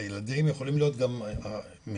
הילדים יכולים להיות גם משלנו,